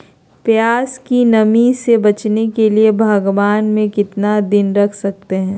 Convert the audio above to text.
प्यास की नामी से बचने के लिए भगवान में कितना दिन रख सकते हैं?